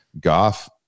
Goff